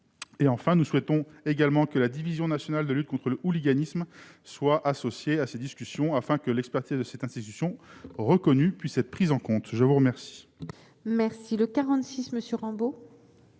Enfin, nous souhaitons que la Division nationale de lutte contre le hooliganisme soit associée à ces discussions, afin que l'expertise de cette institution reconnue puisse être prise en compte. L'amendement n° 46 rectifié,